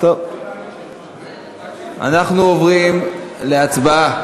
אנחנו עוברים להצבעה,